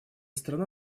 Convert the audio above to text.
страна